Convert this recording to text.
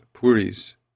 puris